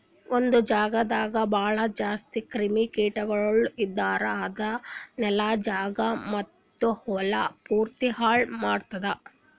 ಒಂದೆ ಜಾಗದಾಗ್ ಭಾಳ ಜಾಸ್ತಿ ಕ್ರಿಮಿ ಕೀಟಗೊಳ್ ಇದ್ದುರ್ ಅದು ನೆಲ, ಜಾಗ ಮತ್ತ ಹೊಲಾ ಪೂರ್ತಿ ಹಾಳ್ ಆತ್ತುದ್